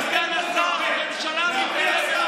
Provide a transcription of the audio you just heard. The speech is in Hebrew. אדוני סגן השר, הממשלה מתעלמת